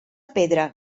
pedra